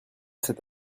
cet